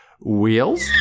Wheels